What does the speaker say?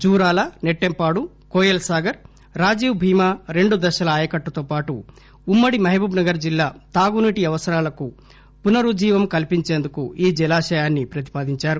జూరాల సెట్టెంపాడు కోయిల్ సాగర్ రాజీవ్ భీమా రెండు దశల ఆయకట్టుతోపాటు ఉమ్మ డి మహబూబ్ నగర్ జిల్లా తాగునీటి అవసరాలకు పునరుజ్లీవం కల్పించేందుకు ఈ జలాశయాన్ని ప్రతిపాదించారు